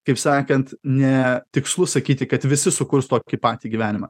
kaip sakant ne tikslu sakyti kad visi sukurs tokį patį gyvenimą